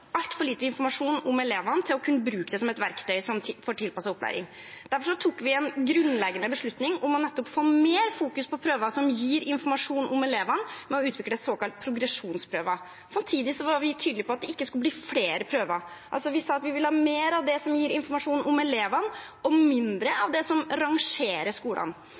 altfor lite informasjon om elevene til å kunne bruke det som et verktøy for tilpasset opplæring. Derfor tok vi en grunnleggende beslutning om nettopp å få mer fokus på prøver som gir informasjon om elevene, ved å utvikle såkalte progresjonsprøver. Samtidig var vi tydelig på at det ikke skulle bli flere prøver. Vi sa at vi ville ha mer av det som gir informasjon om elevene, og mindre av det som rangerer skolene.